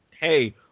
hey